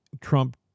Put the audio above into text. Trump